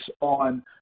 on